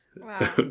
Wow